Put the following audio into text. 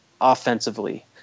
offensively